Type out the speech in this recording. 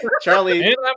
Charlie